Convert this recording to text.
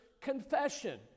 confession